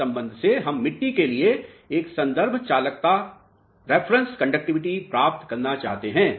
इस सम्बन्ध से हम मिट्टी के लिए एक संदर्भ चालकता प्राप्त करना चाहते हैं